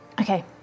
Okay